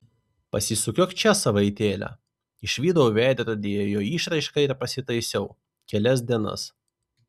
pasisukiok čia savaitėlę išvydau veidrodyje jo išraišką ir pasitaisiau kelias dienas